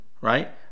right